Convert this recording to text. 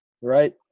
Right